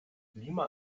lima